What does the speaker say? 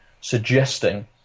suggesting